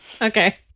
Okay